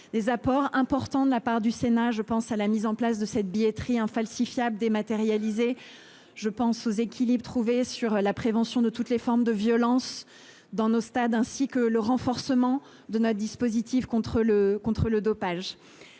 des apports importants de la part du sénat je pense à la mise en place de cette billetterie infalsifiable dématérialisée. Je pense aux équilibres trouvés sur la prévention de toutes les formes de violence dans nos stades ainsi que le renforcement de notre dispositif contre le, contre